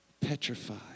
petrified